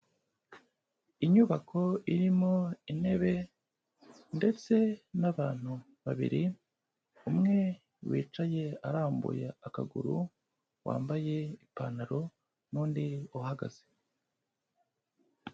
Inyubako irimo intebe ndetse n'abantu babiri: umwe wicaye arambuye akaguru, wambaye ipantaro n'undi uhagaze.